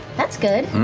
that's good.